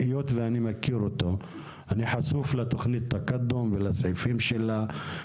היות שאני מכיר אותו ואני חשוף לתוכנית "תקאדום" ולסעיפים שלה,